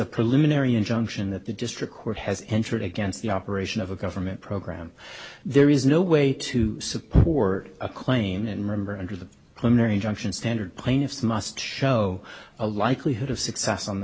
preliminary injunction that the district court has entered against the operation of a government program there is no way to support a claim and remember under the plenary injunction standard plaintiffs must show a likelihood of success on the